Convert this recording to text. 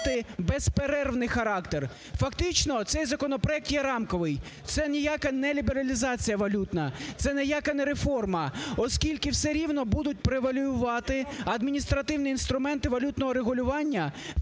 безперервний характер. Фактично цей законопроект є рамковий, це ніяка ні лібералізація валютна, це ніяка не реформа, оскільки все рівно будуть превалювати адміністративні інструменти валютного регулювання